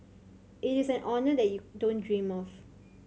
it is an honour that you don't dream of